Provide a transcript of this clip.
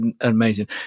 amazing